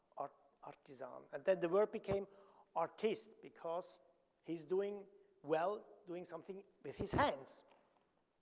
ah artisan. um and then the word became artist because he's doing well, doing something with his hands.